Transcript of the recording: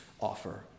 offer